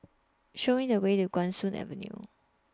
Show Me The Way to Guan Soon Avenue